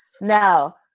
Now